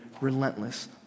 relentless